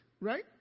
right